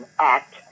act